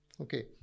Okay